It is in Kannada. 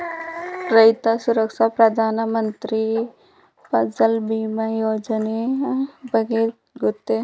ರೈತ ಸುರಕ್ಷಾ ಪ್ರಧಾನ ಮಂತ್ರಿ ಫಸಲ್ ಭೀಮ ಯೋಜನೆಯ ಬಗ್ಗೆ ಗೊತ್ತೇ?